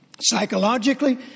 psychologically